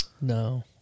No